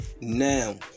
Now